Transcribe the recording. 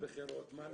אם יש בחירות, מה נעשה?